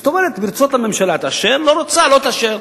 זאת אומרת, ברצות הממשלה, תאשר, לא רוצה, לא תאשר.